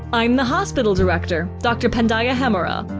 i'm the hospital director, dr. pendiah hemera.